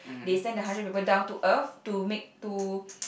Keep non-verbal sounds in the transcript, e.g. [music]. they send the hundred people down to earth to make to [noise]